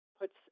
puts